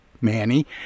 Manny